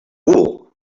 wool